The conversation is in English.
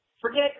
Forget